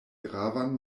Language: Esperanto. gravan